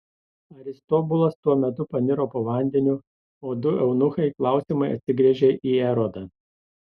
aristobulas tuo metu paniro po vandeniu o du eunuchai klausiamai atsigręžė į erodą